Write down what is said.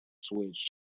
Switch